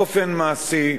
באופן מעשי,